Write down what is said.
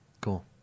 Cool